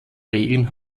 regeln